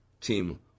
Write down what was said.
Team